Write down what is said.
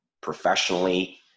professionally